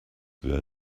their